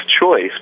choice